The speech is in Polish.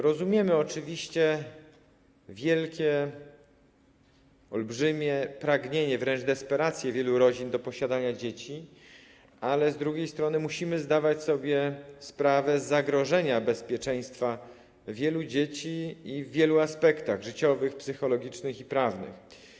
Rozumiemy oczywiście wielkie, olbrzymie pragnienie, wręcz desperację wielu rodzin, jeżeli chodzi o posiadanie dzieci, ale z drugiej strony musimy zdawać sobie sprawę z zagrożenia bezpieczeństwa wielu dzieci w wielu aspektach życiowych, psychologicznych i prawnych.